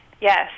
Yes